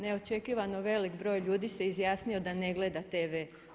Neočekivano velik broj ljudi se izjasnio da ne gleda tv.